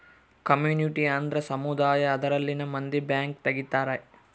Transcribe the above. community ಅಂದ್ರ ಸಮುದಾಯ ಅದರಲ್ಲಿನ ಮಂದಿ ಬ್ಯಾಂಕ್ ತಗಿತಾರೆ